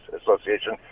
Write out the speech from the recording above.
association